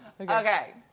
Okay